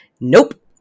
Nope